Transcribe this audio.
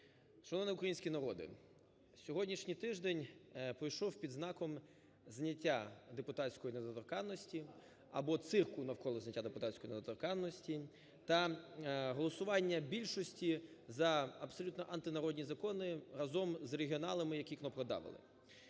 Шановний український народе! Сьогоднішній тиждень пройшов під знаком зняття депутатської недоторканності або цирку навколо зняття депутатської недоторканності та голосування більшості за абсолютно антинародні закони разом з регіоналами, які кнопкодавили.